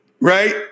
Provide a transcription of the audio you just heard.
right